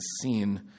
seen